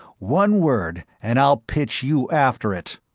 one word and i'll pitch you after it,